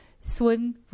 swim